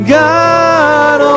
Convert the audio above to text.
God